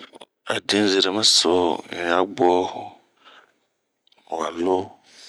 A din zeremɛ so un ya bwo wa loo.